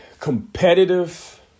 competitive